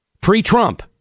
Pre-Trump